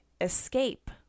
escape